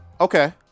Okay